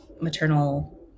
maternal